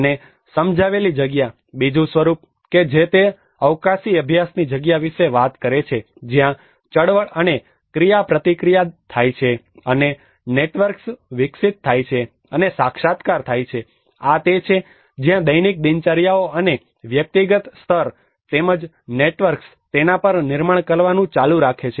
અને સમજાયેલી જગ્યા બીજું સ્વરૂપ કે જે તે અવકાશી અભ્યાસની જગ્યા વિશે વાત કરે છે જ્યાં ચળવળ અને ક્રિયાપ્રતિક્રિયા થાય છે અને નેટવર્ક્સ વિકસિત થાય છે અને સાક્ષાત્કાર થાય છે આ તે છે જ્યાં દૈનિક દિનચર્યાઓ અને વ્યક્તિગત સ્તર તેમજ નેટવર્ક્સ તેના પર નિર્માણ કરવાનું ચાલુ રાખે છે